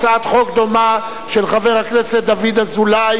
אני קובע שהצעתו של חבר הכנסת זבולון